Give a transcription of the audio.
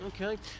Okay